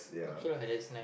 okay lah that's nice